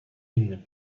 inny